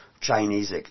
Chinese